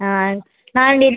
ஆ நான் டி